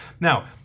Now